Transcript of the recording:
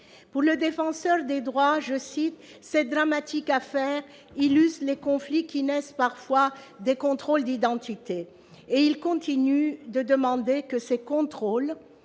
Pour le Défenseur des droits, « cette dramatique affaire [...] illustre les conflits qui naissent parfois des contrôles d'identité. » Et il continue de réclamer que ces contrôles